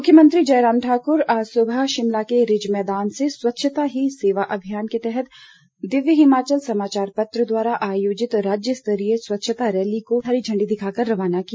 स्वच्छता मुख्यमंत्री जयराम ठाकुर ने आज सुबह शिमला के रिज मैदान से स्वच्छता ही सेवा अभियान के तहत दिव्य हिमाचल समाचार पत्र द्वारा आयोजित राज्यस्तरीय स्वच्छता रैली को हरी झंडी दिखाकर रवाना किया